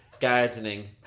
gardening